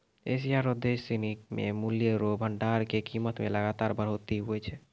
Asia रो देश सिनी मे मूल्य रो भंडार के कीमत मे लगातार बढ़ोतरी हुवै छै